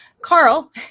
Carl